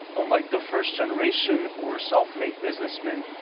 unlike the first generation, who were self-made businessmen.